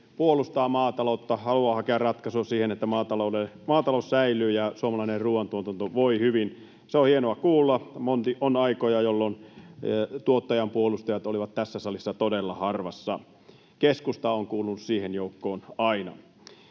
puolustaa maataloutta, haluaa hakea ratkaisua siihen, että maatalous säilyy ja suomalainen ruuantuotanto voi hyvin. Se on hienoa kuulla. On ollut aikoja, jolloin tuottajan puolustajat olivat tässä salissa todella harvassa. Keskusta on kuulunut siihen joukkoon aina.